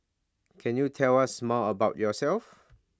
can you tell us more about yourself